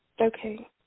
Okay